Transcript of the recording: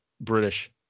British